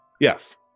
Yes